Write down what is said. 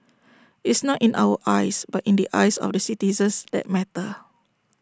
it's not in our eyes but in the eyes of the citizens that matter